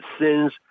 sins